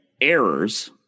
errors